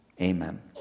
amen